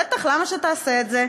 בטח, למה שתעשה את זה?